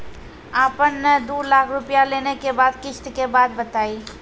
आपन ने दू लाख रुपिया लेने के बाद किस्त के बात बतायी?